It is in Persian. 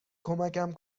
کمکم